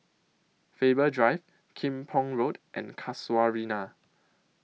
Faber Drive Kim Pong Road and Casuarina